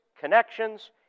connections